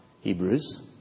Hebrews